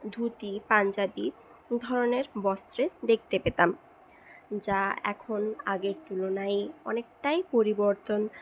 ধুতি পাঞ্জাবী ধরনের বস্ত্রে দেখতে পেতাম যা এখন আগের তুলনায় অনেকটাই পরিবর্তন